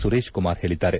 ಸುರೇಶ್ಕುಮಾರ್ ಹೇಳಿದ್ದಾರೆ